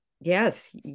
yes